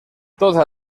todas